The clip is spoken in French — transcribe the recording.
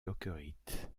jokerit